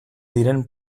diren